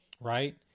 Right